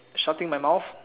shutting my mouth